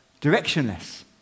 directionless